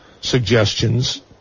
suggestions